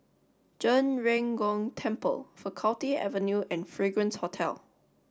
Zhen Ren Gong Temple Faculty Avenue and Fragrance Hotel